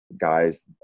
guys